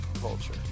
Culture